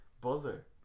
buzzer